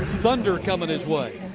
thunder coming his way.